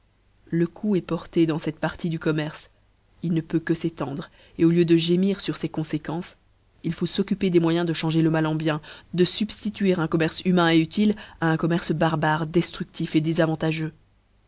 le coup eft porté dans cette partie du commerce il ne peut que s'étendre au lieu de gémir fur fes conséquences il faut s'occuper des moyens de changer le mal en bien de fubftituer un commerce humain atàle à rn commerce barbare deftructif désavantagea